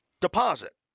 deposit